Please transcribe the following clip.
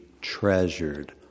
treasured